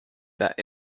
that